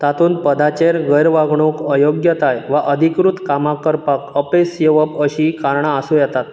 तातूंत पदाचेर गैरवागणूक अयोग्यताय वा अधिकृत कामां करपाक अपेस येवप अशीं कारणां आसूं येतात